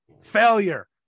failure